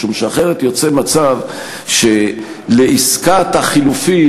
משום שאחרת יצא מצב שלעסקת החילופים,